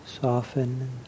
soften